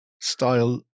style